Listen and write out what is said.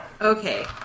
Okay